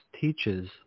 teaches